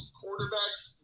quarterbacks